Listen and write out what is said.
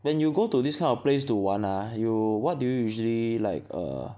when you go to this kind of place to 玩 ah you what do you usually like err